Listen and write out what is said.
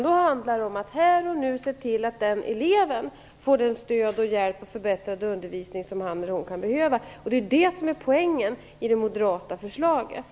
Då handlar det om att här och nu se till att den eleven får det stöd och hjälp och förbättrad undervisning som han eller hon kan behöva. Det är det som är poängen i det moderata förslaget.